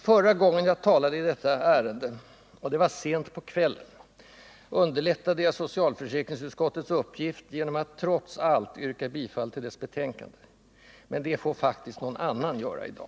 Förra gången jag talade i detta ärende — och det var sent på kvällen — underlättade jag socialförsäkringsutskottets uppgifter genom att, trots allt, yrka bifall till dess betänkande. Men det får faktiskt någon annan göra i dag.